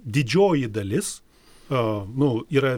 didžioji dalis a nu yra